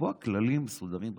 ולקבוע כללים מסודרים בעניין.